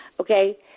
Okay